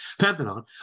pantheon